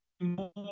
more